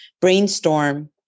brainstorm